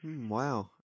Wow